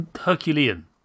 Herculean